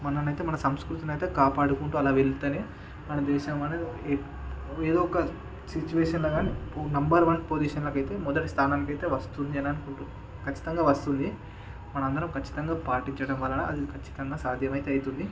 మనమైతే మన సంస్కృతి నైతే కాపాడుకుంటూ అలా వెళ్తేనే మన దేశం అనేది ఏదో ఒక సిచువేషన్లోకానీ నెంబర్ వన్ పొజిషన్లోకైతే మొదటి స్థానానికైతే వస్తుంది అననుకుంటున్న ఖచ్చితంగా వస్తుంది మనందరం ఖచ్చితంగా పాటించడం వలన అది ఖచ్చితంగా సాధ్యమైతే అయితుంది